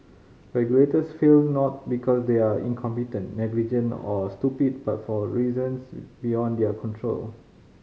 regulators fail not because they are incompetent negligent or stupid but for reasons beyond their control